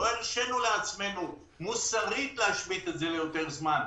לא הרשינו לעצמנו מוסרית להשבית ליותר זמן,